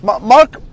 Mark